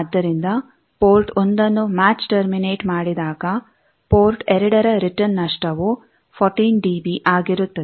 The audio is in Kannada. ಆದ್ದರಿಂದ ಪೋರ್ಟ್ 1 ಅನ್ನು ಮ್ಯಾಚ್ ಟರ್ಮಿನೇಟ್ ಮಾಡಿದಾಗ ಪೋರ್ಟ್ 2 ರ ರಿಟರ್ನ್ ನಷ್ಟವು 14 ಡಿಬಿ ಆಗಿರುತ್ತದೆ